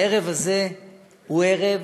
הערב הזה הוא ערב